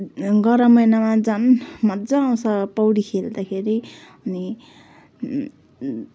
गरम महिनामा झन् मजा आउँछ पौडी खेल्दाखेरि अनि